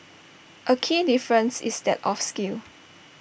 A key difference is that of scale